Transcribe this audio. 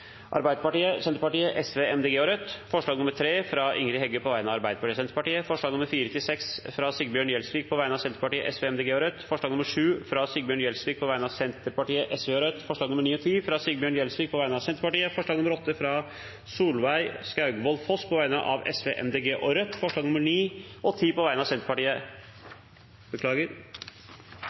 Arbeiderpartiet, Senterpartiet, Sosialistisk Venstreparti, Miljøpartiet De Grønne og Rødt forslag nr. 3, fra Ingrid Heggø på vegne av Arbeiderpartiet og Senterpartiet forslagene nr. 4–6, fra Sigbjørn Gjelsvik på vegne av Senterpartiet, Sosialistisk Venstreparti, Miljøpartiet De Grønne og Rødt forslag nr. 7, fra Sigbjørn Gjelsvik på vegne av Senterpartiet, Sosialistisk Venstreparti og Rødt forslagene nr. 9 og 10, fra Sigbjørn Gjelsvik på vegne av Senterpartiet forslag nr. 8, fra Solveig Skaugvoll Foss på vegne av Sosialistisk Venstreparti, Miljøpartiet De Grønne og Rødt Det voteres over forslagene nr. 9 og 10, fra Senterpartiet. Forslag